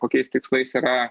kokiais tikslais yra